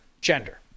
gender